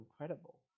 incredible